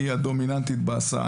המלווה היא הדומיננטית בהסעה.